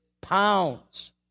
pounds